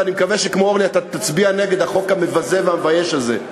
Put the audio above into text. ואני מקווה שכמו אורלי אתה תצביע נגד החוק המבזה והמבייש הזה.